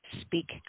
speak